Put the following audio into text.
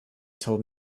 told